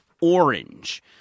Orange